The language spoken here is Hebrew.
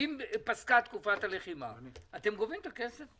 אם פסקה תקופת הלחימה אתם גובים את הכסף.